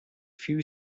few